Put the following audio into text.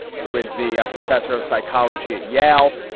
who is the professor of psychology at yale.